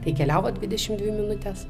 tai keliavo dvidešimt dvi minutes